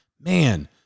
Man